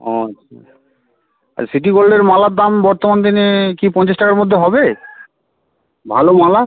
ও আছে আর সিটি গোল্ডের মালার দাম বর্তমান দিনে কি পঞ্চাশ টাকার মধ্যে হবে ভালো মালা